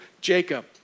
Jacob